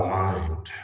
mind